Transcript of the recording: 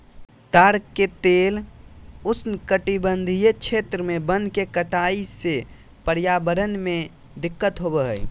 ताड़ के तेल उष्णकटिबंधीय क्षेत्र में वन के कटाई से पर्यावरण में दिक्कत होबा हइ